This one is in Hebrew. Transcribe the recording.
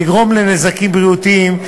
לגרום נזקים בריאותיים,